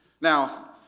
Now